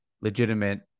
legitimate